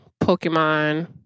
Pokemon